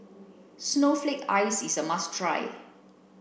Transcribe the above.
snowflake ice is a must try